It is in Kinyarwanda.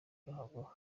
ruhago